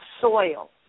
soil